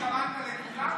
קראת לכולם או רק לחלק?